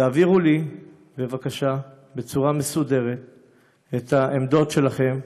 תעבירו לי בבקשה בצורה מסודרת את העמדות שלכם,